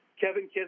Kevin